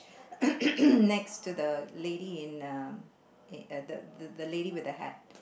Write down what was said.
next to the lady in um in the the the lady with the hat